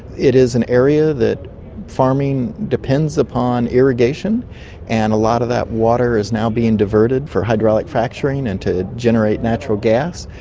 it is an area that farming depends upon irrigation and a lot of that water is now being diverted for hydraulic fracturing and to generate natural gas,